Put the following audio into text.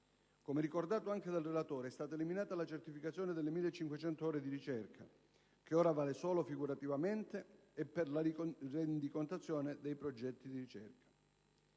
Come ricordato anche dal relatore, è stata eliminata la certificazione delle 1.500 ore di ricerca, che ora vale solo figurativamente e per la rendicontazione dei progetti di ricerca.